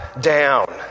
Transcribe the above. down